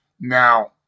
Now